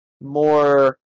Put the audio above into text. more